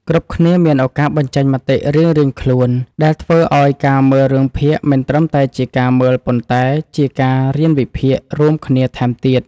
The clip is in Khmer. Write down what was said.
គ្រប់គ្នាមានឱកាសបញ្ចេញមតិរៀងៗខ្លួនដែលធ្វើឱ្យការមើលរឿងភាគមិនត្រឹមតែជាការមើលប៉ុន្តែជាការរៀនវិភាគរួមគ្នាថែមទៀត។